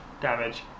damage